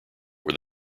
were